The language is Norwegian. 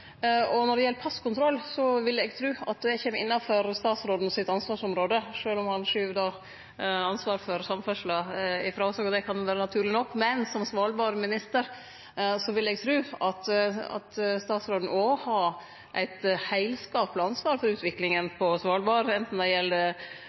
Når det gjeld passkontroll, vil eg tru at det kjem innanfor statsrådens ansvarsområde, sjølv om han skyv ansvaret for samferdsle ifrå seg, og det kan jo vere naturleg nok. Men som Svalbard-minister vil eg tru at statsråden òg har eit heilskapleg ansvar for utviklinga